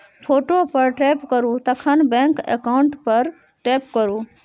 photo पर tap करु तखन बैंक अकाउंट पर टैप करु